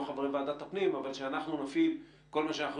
הם לא חברי ועדת הפנים אבל אנחנו נפעיל כל מה שאנחנו